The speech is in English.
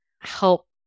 help